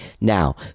Now